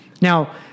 Now